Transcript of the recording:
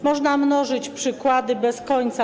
Można mnożyć przykłady bez końca.